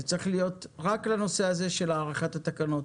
זה צריך להיות רק לנושא הזה של הארכת התקנות,